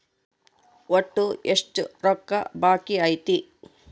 ಒಟ್ಟು ಎಷ್ಟು ರೊಕ್ಕ ಬಾಕಿ ಐತಿ?